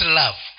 love